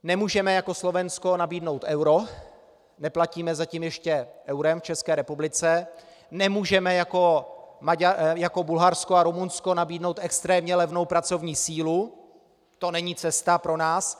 Nemůžeme jako Slovensko nabídnout euro, neplatíme zatím ještě eurem v České republice, nemůžeme jako Bulharsko a Rumunsko nabídnout extrémně levnou pracovní sílu, to není cesta pro nás.